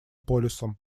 полюсом